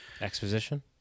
exposition